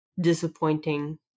disappointing